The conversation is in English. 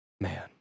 Man